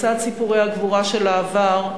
בצד סיפורי הגבורה של העבר,